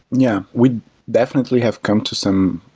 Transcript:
yeah. we definitely have come to some,